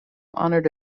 honoured